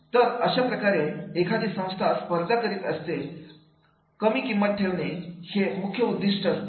तर अशाप्रकारे एखादी संस्था स्पर्धा करीत असते कमी किंमत ठेवणे हे मुख्य उद्दिष्ट असते